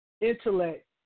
intellect